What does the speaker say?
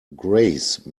grace